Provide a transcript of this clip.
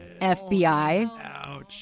FBI